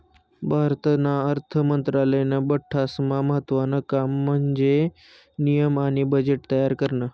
भारतना अर्थ मंत्रालयानं बठ्ठास्मा महत्त्वानं काम म्हन्जे नियम आणि बजेट तयार करनं